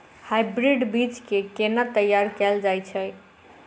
Hybrid बीज केँ केना तैयार कैल जाय छै?